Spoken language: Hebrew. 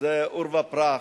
זה עורבא פרח,